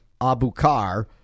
Abukar